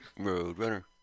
Roadrunner